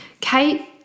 Kate